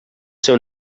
ser